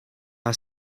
are